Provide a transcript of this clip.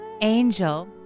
Angel